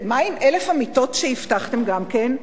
מה עם 1,000 המיטות שהבטחתם גם כן?